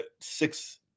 six